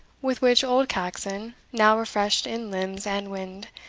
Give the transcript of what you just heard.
with which old caxon, now refreshed in limbs and wind,